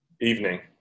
Evening